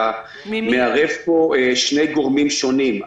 אתה מערב פה שני גורמים שונים.